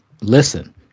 listen